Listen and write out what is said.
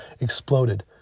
exploded